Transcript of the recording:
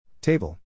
Table